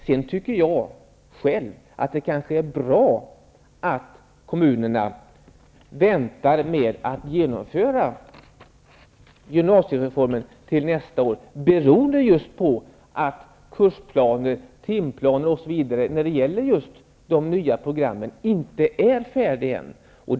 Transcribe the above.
Jag tycker själv att det kan vara bra att kommunerna väntar med att genomföra gymnasiereformen till nästa år, beroende på att kursplaner, timplaner osv. i de nya programmen ännu inte är färdiga.